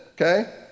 okay